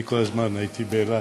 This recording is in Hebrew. אני כל הזמן הייתי באילת.